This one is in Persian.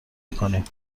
میکنیم